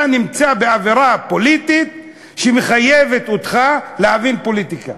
אתה נמצא באווירה פוליטית שמחייבת אותך להבין פוליטיקה.